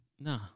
no